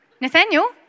Nathaniel